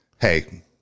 hey